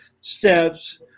steps